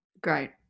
great